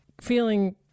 Feeling